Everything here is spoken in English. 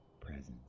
presence